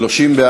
סעיף 1 נתקבל.